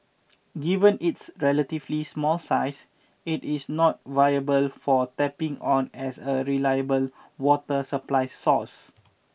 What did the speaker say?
given its relatively small size it is not viable for tapping on as a reliable water supply source